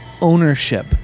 ownership